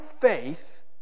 faith